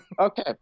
okay